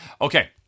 Okay